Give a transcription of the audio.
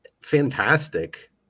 Fantastic